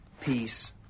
Peace